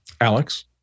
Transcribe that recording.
Alex